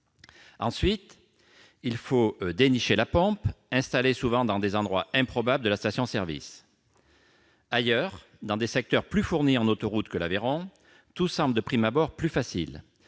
Ensuite, il faut dénicher la pompe, installée souvent dans des endroits improbables de la station-service. Ailleurs, dans des secteurs plus fournis en autoroutes que l'Aveyron, tout semble de prime abord plus facile.